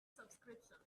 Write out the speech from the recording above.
subscription